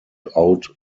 out